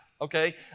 okay